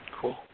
Cool